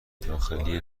داخلی